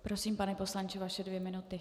Prosím, pane poslanče, vaše dvě minuty.